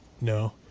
No